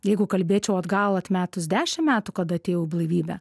jeigu kalbėčiau atgal atmetus dešim metų kad atėjau blaivybę